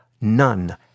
none